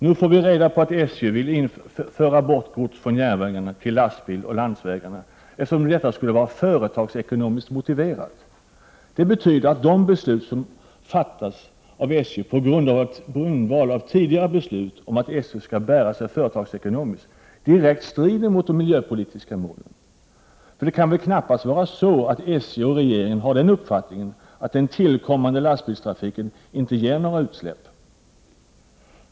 Nu får vi reda på att SJ vill överföra gods från järnvägarna till lastbilarna på landsvägarna, eftersom detta skulle vara företagsekonomiskt motiverat. Det betyder att de beslut som fattats av SJ på grundval av tidigare beslut om att SJ skall bära sig företagsekonomiskt direkt strider mot de miljöpolitiska målen. För det kan väl knappast vara så att SJ och regeringen har uppfattningen att den tillkommande lastbilstrafiken inte ger några utsläpp?